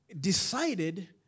decided